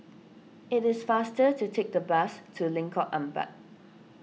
it is faster to take the bus to Lengkok Empat